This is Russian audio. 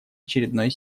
очередной